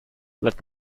let